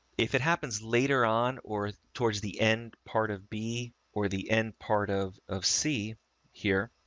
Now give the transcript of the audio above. if it happens later on or towards the end part of b or the end part of, of c here,